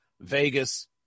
Vegas